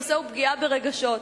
הנושא הוא פגיעה ברגשות.